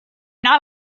not